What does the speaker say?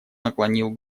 наклонил